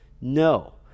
No